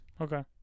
Okay